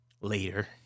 later